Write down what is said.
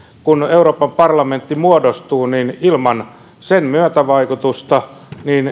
kun euroopan parlamentti muodostuu niin ilman sen myötävaikutusta